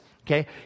okay